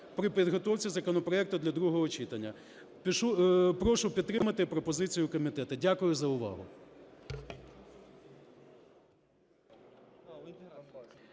при підготовці законопроекту для другого читання. Прошу підтримати пропозицію комітету. Дякую за увагу.